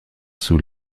sous